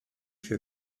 für